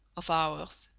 of ours,